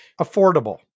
affordable